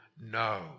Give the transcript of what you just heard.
no